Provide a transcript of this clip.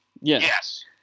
Yes